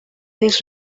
his